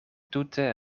tute